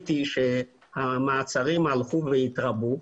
ראיתי שהמעצרים הלכו והתרבו.